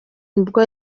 nibwo